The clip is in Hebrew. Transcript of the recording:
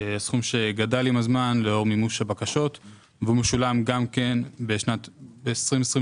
סכום שגדל עם הזמן לאור מימוש הבקשות והוא משולם גם בשנת 2022,